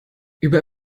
über